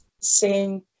seeing